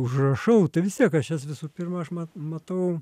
užrašau tai vis tiek aš jas visų pirma aš mat matau